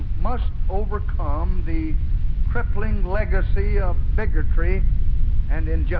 must overcome the crippling legacy of bigotry and and yeah